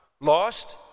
lost